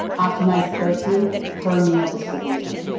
optimize protein per meal distribution,